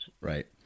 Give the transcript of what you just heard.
Right